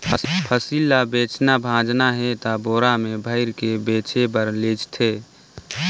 फसिल ल बेचना भाजना हे त बोरा में भइर के बेचें बर लेइज थें